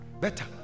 better